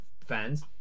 fans